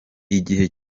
igihe